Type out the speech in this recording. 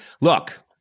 look